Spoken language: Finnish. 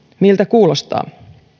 miltä kuulostaa